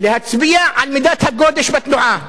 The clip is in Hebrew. להצביע על מידת הגודש בתנועה.